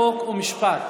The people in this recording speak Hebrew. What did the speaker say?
חוק ומשפט.